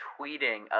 tweeting